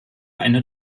eine